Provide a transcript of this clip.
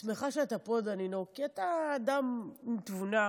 אני שמחה שאתה פה, דנינו, כי אתה אדם עם תבונה,